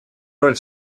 роль